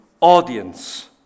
audience